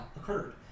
occurred